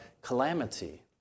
calamity